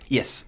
Yes